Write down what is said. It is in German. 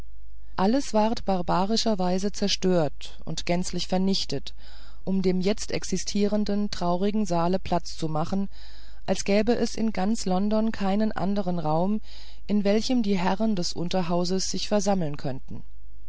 alles wurde barbarischerweise zerstört und gänzlich vernichtet um dem jetzt existierenden traurigen saale platz zu machen als gäbe es in ganz london keinen anderen raum in welchem die herren des unterhauses sich versammeln könnten